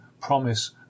promise